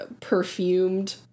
perfumed